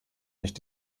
nicht